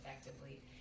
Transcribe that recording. Effectively